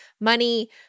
money